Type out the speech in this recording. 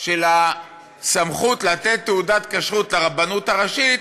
של הסמכות לתת תעודת כשרות, הרבנות הראשית,